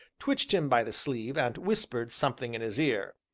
twitched him by the sleeve, and whispered something in his ear.